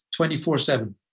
24-7